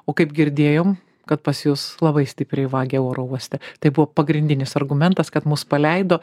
o kaip girdėjom kad pas jus labai stipriai vagia oro uoste tai buvo pagrindinis argumentas kad mus paleido